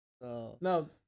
No